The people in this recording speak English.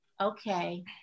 okay